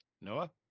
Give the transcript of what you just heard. Noah